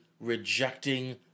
rejecting